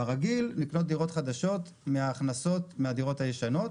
באופן רגיל נקנות דירות חדשות מן ההכנסות מן הדירות הישנות.